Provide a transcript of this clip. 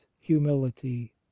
humility